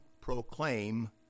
proclaim